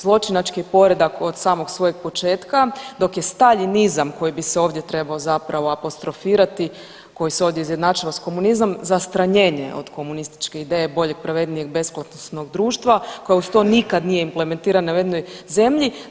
Zločinački poredak od samog svojeg početka dok je staljinizam koji bi se ovdje trebao zapravo apostrofirati koji se ovdje izjednačilo sa komunizmom zastranjene od komunističke ideje boljeg, pravednijeg, besklasnog društva koja uz to nikad nije implementirana … zemlji.